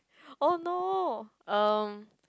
oh no um